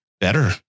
better